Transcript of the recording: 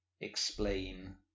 explain